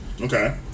Okay